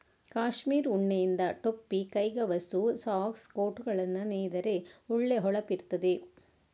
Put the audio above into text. ಕಾಶ್ಮೀರ್ ಉಣ್ಣೆಯಿಂದ ಟೊಪ್ಪಿ, ಕೈಗವಸು, ಸಾಕ್ಸ್, ಕೋಟುಗಳನ್ನ ನೇಯ್ದರೆ ಒಳ್ಳೆ ಹೊಳಪಿರ್ತದೆ